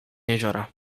jeziora